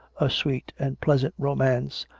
a sweet and pleasant romance,